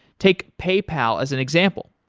take paypal as an example.